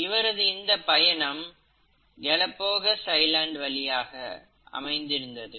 இவரது இந்த பயணம் களபகோஸ் தீவின் வழியாக அமைந்திருந்தது